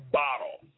bottle